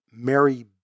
Mary